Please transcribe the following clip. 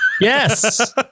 Yes